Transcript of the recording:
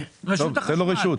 רשות החשמל,